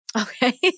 Okay